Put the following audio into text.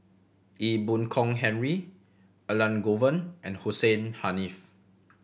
Ee Boon Kong Henry Elangovan and Hussein Haniff